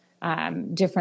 Different